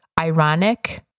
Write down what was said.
ironic